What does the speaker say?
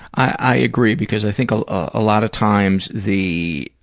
i agree, because i think a ah lot of times the,